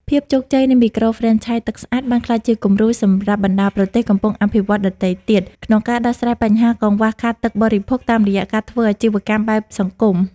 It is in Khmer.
ភាពជោគជ័យនៃមីក្រូហ្វ្រេនឆាយទឹកស្អាត បានក្លាយជាគំរូសម្រាប់បណ្ដាប្រទេសកំពុងអភិវឌ្ឍន៍ដទៃទៀត ក្នុងការដោះស្រាយបញ្ហាកង្វះខាតទឹកបរិភោគតាមរយៈការធ្វើអាជីវកម្មបែបសង្គម។